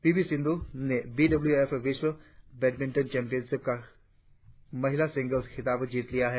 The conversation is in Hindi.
पी वी सिंधू ने बी डब्लू एफ विश्व बैडमिंटन चैंपियनशिप का महिला सिंगल्स खिताब जीत लिया है